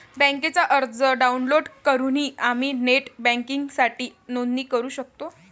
बँकेचा अर्ज डाउनलोड करूनही आम्ही नेट बँकिंगसाठी नोंदणी करू शकतो